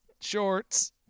Shorts